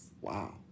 Wow